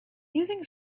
using